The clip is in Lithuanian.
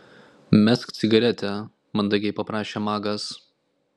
mesk cigaretę mandagiai paprašė magas